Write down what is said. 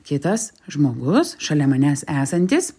kitas žmogus šalia manęs esantis